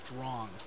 wrong